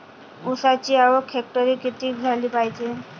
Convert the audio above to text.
ऊसाची आवक हेक्टरी किती झाली पायजे?